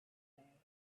day